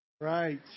right